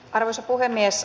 arvoisa puhemies